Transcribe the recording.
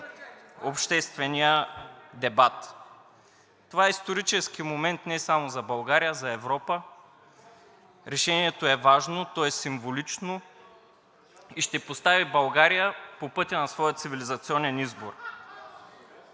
обществения дебат. Това е исторически момент не само за България, а и за Европа. Решението е важно, то е символично и ще постави България по пътя на своя цивилизационен избор.